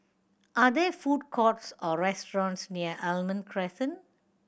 are there food courts or restaurants near Almond Crescent